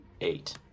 eight